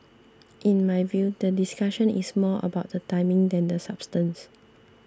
in my view the discussion is more about the timing than the substance